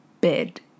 bed